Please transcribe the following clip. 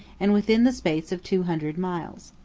and within the space of two hundred miles.